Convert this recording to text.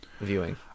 viewing